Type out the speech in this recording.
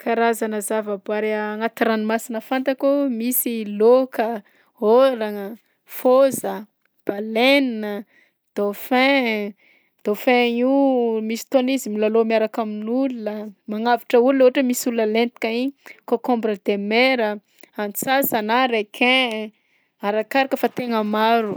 Karazana zavaboary agnaty ranomasina fantako: misy laoka, ôragna, fôza, baleine, dauphin, dauphin io misy fotoana izy milalao miaraka amin'olona, magnavotra olona ohatra hod misy olona lentika iny, concombre de mer, antsansa na requin, arakaraka fa tegna maro.